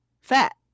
fat